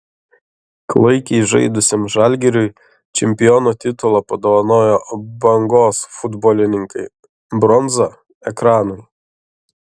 klaikiai žaidusiam žalgiriui čempiono titulą padovanojo bangos futbolininkai bronza ekranui